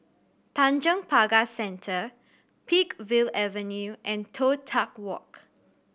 Tanjong Pagar Centre Peakville Avenue and Toh Tuck Walk